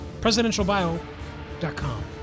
Presidentialbio.com